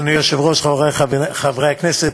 אדוני היושב-ראש, חברי חברי הכנסת,